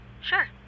sure